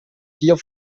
gier